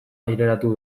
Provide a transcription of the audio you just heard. aireratu